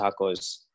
tacos